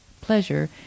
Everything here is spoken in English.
pleasure